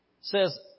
says